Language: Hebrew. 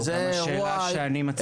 זו גם השאלה שאני מציג.